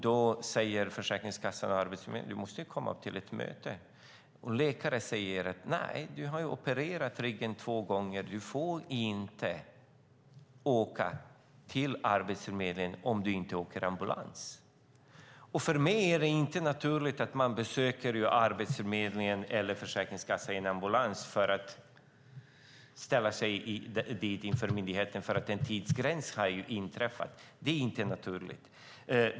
Då säger Försäkringskassan och Arbetsförmedlingen att hon måste komma till ett möte. Men läkaren säger att hon inte får åka till Arbetsförmedlingen om hon inte åker ambulans. För mig är det inte naturligt att man besöker Arbetsförmedlingen eller Försäkringskassan i ambulans när man ska inställa sig hos myndigheten därför att en tidsgräns har nåtts. Det är inte naturligt.